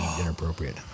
inappropriate